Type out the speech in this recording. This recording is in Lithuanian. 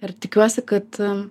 ir tikiuosi kad